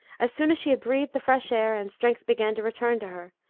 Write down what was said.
as soon as she had breathed the fresh air and strength began to return to her,